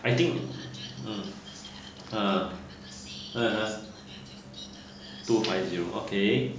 I think hmm ha (uh huh) my zero okay